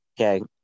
Okay